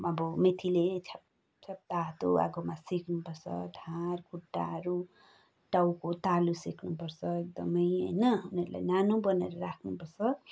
अब मेथीले छ्याप छ्याप तातो आगोमा सेक्नुपर्छ ढाड खुट्टाहरू टाउको तालु सेक्नुपर्छ एकदमै होइन उनीहरूलाई न्यानो बनाएर राख्नुपर्छ